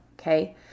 okay